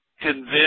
Convince